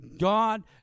God